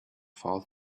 fall